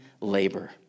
labor